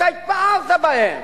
אתה התפארת בהם,